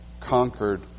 conquered